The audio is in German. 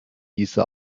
diese